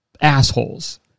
assholes